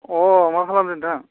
अ मा खालामदों नोंथां